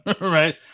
right